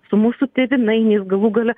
su mūsų tėvynainiais galų gale